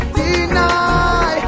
deny